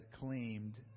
claimed